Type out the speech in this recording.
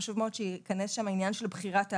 חשוב מאוד שייכנס שם העניין של בחירת האדם,